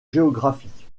géographique